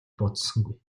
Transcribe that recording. бодсонгүй